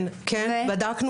כן, כן, בדקנו.